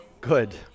Good